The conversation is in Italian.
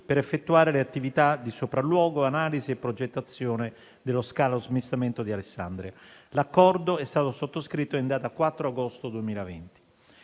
per effettuare le attività di sopralluogo, analisi e progettazione dello scalo smistamento di Alessandria (l'accordo è stato sottoscritto in data 4 agosto 2020);